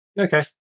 Okay